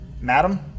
madam